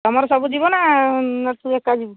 ତୁମର ସବୁ ଯିବ ନା ତୁ ଏକା ଯିବୁ